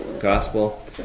gospel